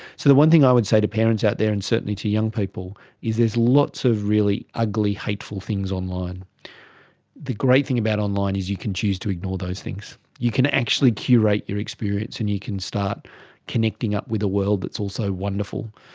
so the one thing i would say to parents out there and certainly to young people is there's lots of really ugly, hateful things online, but the great thing about online is you can choose to ignore those things. you can actually curate your experience and you can start connecting up with a world that's also wonderful.